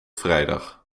vrijdag